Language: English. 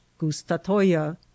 GUSTATOYA